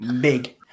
Big